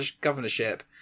governorship